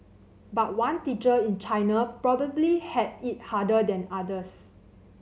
but one teacher in China probably had it harder than others